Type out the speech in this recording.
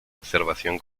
observación